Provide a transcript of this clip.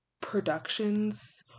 productions